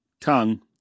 tongue